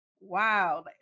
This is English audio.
wow